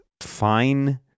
fine